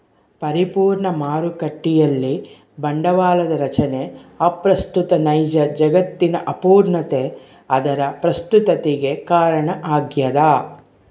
ಪರಿಪೂರ್ಣ ಮಾರುಕಟ್ಟೆಯಲ್ಲಿ ಬಂಡವಾಳದ ರಚನೆ ಅಪ್ರಸ್ತುತ ನೈಜ ಜಗತ್ತಿನ ಅಪೂರ್ಣತೆ ಅದರ ಪ್ರಸ್ತುತತಿಗೆ ಕಾರಣ ಆಗ್ಯದ